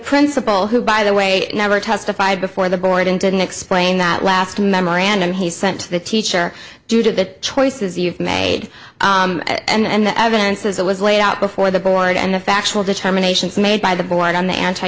principal who by the way never testified before the board and didn't explain that last memorandum he sent to the teacher due to the choices you've made and the evidence as it was laid out before the board and the factual determination made by the board on the anti